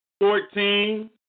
Fourteen